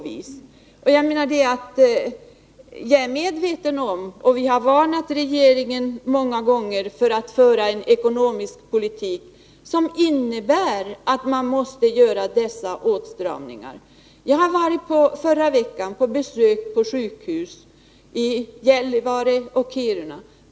Vi har varnat regeringen många gånger för att föra en ekonomisk politik som innebär att man måste göra dessa åtstramningar. Förra veckan var jag på besök hos sjukhus i Gällivare och Kiruna.